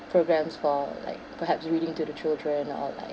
programs for like perhaps reading to the children or like